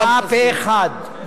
היתה הצבעה פה אחד,